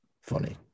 funny